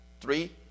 Three